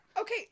Okay